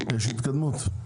יש התקדמות?